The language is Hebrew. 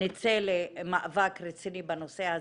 נצא למאבק רציני בנושא הזה,